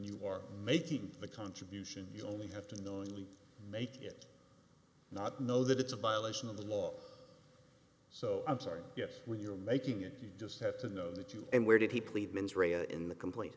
you are making a contribution you only have to knowingly make it not know that it's abolishing the law so i'm sorry yes when you're making it you just have to know that you and where did he plead mens rea a in the complaint